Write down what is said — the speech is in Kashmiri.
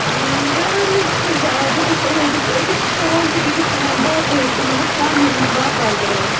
کَران حظ چھَس بہٕ بہٕ چھَس یِمَے بہٕ چھَس أکِس ہٮ۪وان تہٕ بیٚکِس کٕنان باپٲرۍ مطلب گانٛگرٮ۪ن باپار کَران